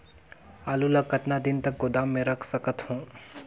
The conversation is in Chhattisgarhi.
आलू ल कतका दिन तक गोदाम मे रख सकथ हों?